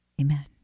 Amen